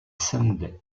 sunday